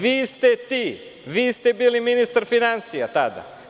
Vi ste ti, vi ste bili ministar finansija tada.